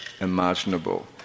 imaginable